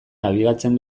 nabigatzen